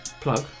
plug